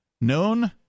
known